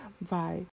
bye